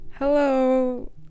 hello